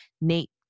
Nate